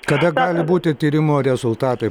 kada gali būti tyrimo rezultatai